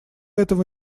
этого